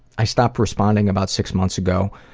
i stopped responding about six months ago,